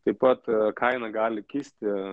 taip pat kaina gali kisti